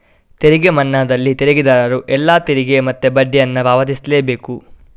ತೆರಿಗೆ ಮನ್ನಾದಲ್ಲಿ ತೆರಿಗೆದಾರರು ಎಲ್ಲಾ ತೆರಿಗೆ ಮತ್ತೆ ಬಡ್ಡಿಯನ್ನ ಪಾವತಿಸ್ಲೇ ಬೇಕು